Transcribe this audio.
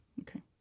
Okay